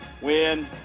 Win